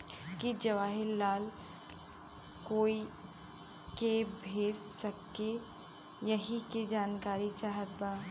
की जवाहिर लाल कोई के भेज सकने यही की जानकारी चाहते बा?